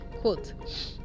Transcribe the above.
quote